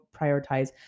prioritize